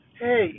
hey